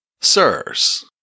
Sirs